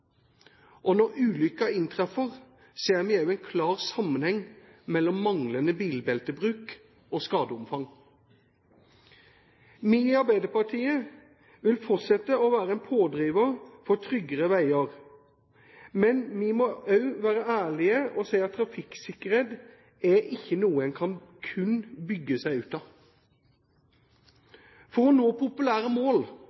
og når ulykken inntreffer, ser vi også en klar sammenheng mellom manglende bilbeltebruk og skadeomfang. Vi i Arbeiderpartiet vil fortsette å være en pådriver for tryggere veier, men vi må også være ærlige og si at trafikksikkerhet er ikke noe en kun kan bygge seg ut